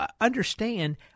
understand